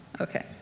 okay